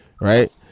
right